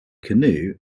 canoe